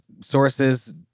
sources